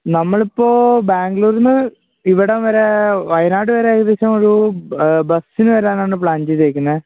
നമ്മളിപ്പോള് ബാംഗ്ലൂരില് നിന്ന് ഇവിടം വരെ വയനാട് വരെ ഏകദേശം ഒരു ബസ്സിന് വരാനാണ് പ്ലാൻ ചെയ്തിരിക്കുന്നത്